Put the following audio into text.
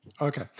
Okay